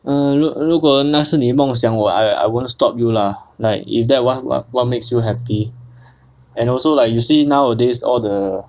um 如果那是你梦想我 I wouldn't stop you lah like if that wha~ what makes you happy and also like you see nowadays all the